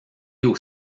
aux